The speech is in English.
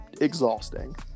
exhausting